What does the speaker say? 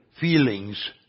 feelings